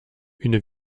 une